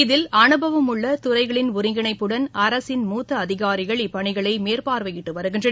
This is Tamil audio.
இதில் அபைவம் உள்ளதுறைகளின் ஒருங்கிணைப்புடன் அரசின் மூத்தஅதிகாரிகள் இப்பணிகளைமேற்பார்வையிட்டுவருகின்றனர்